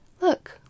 Look